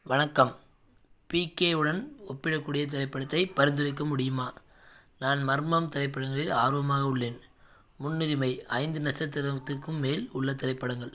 வணக்கம் பிகேவுடன் ஒப்பிடக்கூடிய திரைப்படத்தைப் பரிந்துரைக்க முடியுமா நான் மர்மம் திரைப்படங்களில் ஆர்வமாக உள்ளேன் முன்னுரிமை ஐந்து நட்சத்திரத்துக்கும் மேல் உள்ள திரைப்படங்கள்